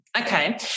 Okay